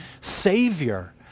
Savior